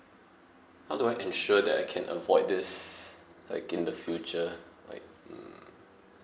how do I ensure that I can avoid this like in the future like mm